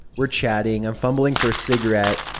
we're chatting, i'm fumbling for a cigarette,